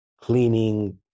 cleaning